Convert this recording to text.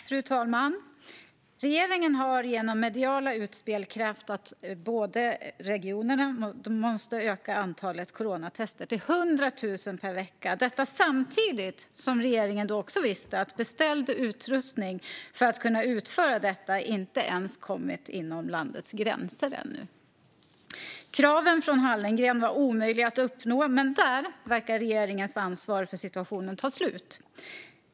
Fru talman! Regeringen har genom mediala utspel krävt att regionerna ökar antalet coronatester till 100 000 per vecka. Samtidigt visste regeringen att beställd utrustning som behövs för att kunna utföra detta ännu inte ens kommit inom landets gränser. Kraven från Hallengren var omöjliga att uppfylla. Men där verkar regeringens ansvar för situationen ta slut.